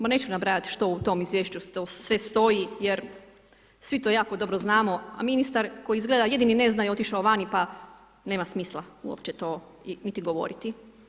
Ma neću nabrajat što u tom izvješću sve stoji jer svi to jako dobro znamo a ministar koji izgleda jedini ne zna jer otišao vani pa nema smisla uopće to niti govoriti.